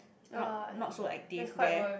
not not so active there